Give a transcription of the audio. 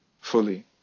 fully